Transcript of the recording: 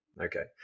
okay